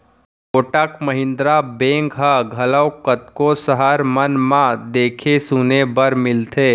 Kotak Mahindra bank ह घलोक कतको सहर मन म देखे सुने बर मिलथे